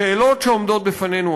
השאלות שעומדות בפנינו,